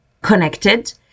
connected